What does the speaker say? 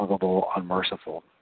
unmerciful